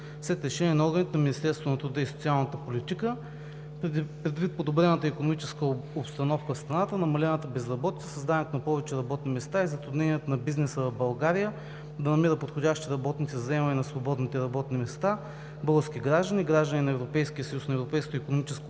След решение на органите на Министерство на труда и социалната политика предвид подобрената икономическа обстановка в страната, намалената безработица, създаването на повече работни места и затруднението на бизнеса в България да намира подходящи работници за заемане на свободните работни места български граждани, граждани на Европейския